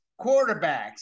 quarterbacks